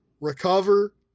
Recover